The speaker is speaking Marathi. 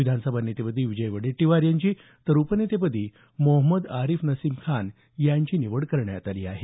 विधानसभा नेतेपदी विजय वडेट्टीवार यांची तर उपनेतेपदी मोहम्मद आरीफ नसीम खान यांची निवड करण्यात आली आहे